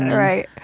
right,